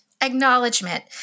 acknowledgement